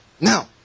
Now